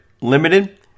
limited